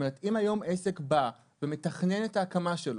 אם היום עסק בא ומתכנן את ההקמה שלו,